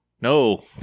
No